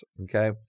okay